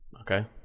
Okay